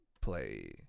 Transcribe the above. play